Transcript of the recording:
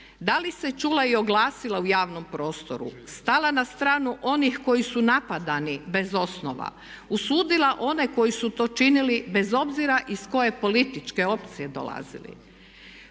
Da li se čula i oglasila u javnom prostoru, stala na stranu onih koji su napadani bez osnova, usudila one koji su to činili bez obzira iz koje političke opcije dolazili.